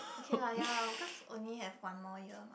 okay lah ya cause only have one more year mah